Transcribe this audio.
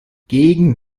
gegen